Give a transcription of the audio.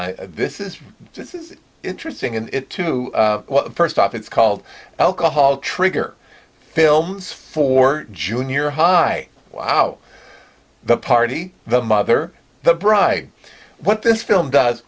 i this is this is interesting in to first off it's called alcohol trigger films for junior high wow the party the mother the bride what this film does